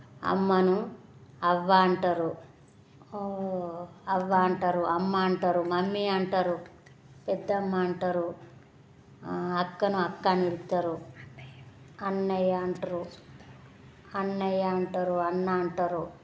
అమ్మను అవ్వ అంటారు అవ్వ అంటారు అమ్మ అంటారు మమ్మీ అంటారు పెద్దమ్మ అంటారు అక్కను అక్క అని పిలుస్తారు అన్నయ్య అంటారు అన్నయ్య అంటారు అన్న అంటారు